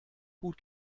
gut